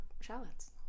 shallots